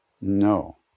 no